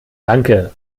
danke